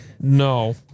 No